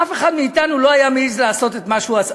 אף אחד מאתנו לא היה מעז לעשות את מה שהוא עשה,